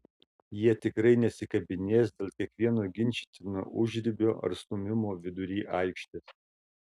jie tikrai nesikabinės dėl kiekvieno ginčytino užribio ar stūmimo vidury aikštės